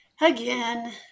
Again